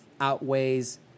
outweighs